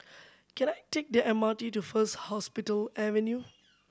can I take the M R T to First Hospital Avenue